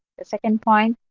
the second point,